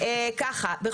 מספר העופות שחלו בה?